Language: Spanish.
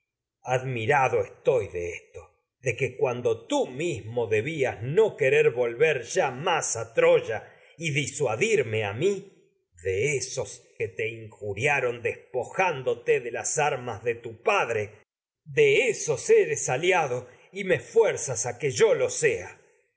admirado estoy de esto no de que cuando tú mismo a debías querer volver ya más troya y disuadirme a mi de esos que te injuriaron despojándote de tu de las ar mas padre de ésos eres aliado y me fuerzas a que filoctetes lo sea